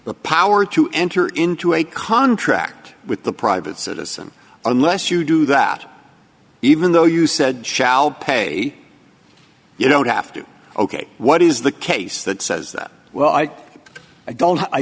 the power to enter into a contract with the private citizen unless you do that even though you said shall pay you don't have to ok what is the case that says that well i i don't i